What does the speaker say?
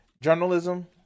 journalism